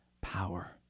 power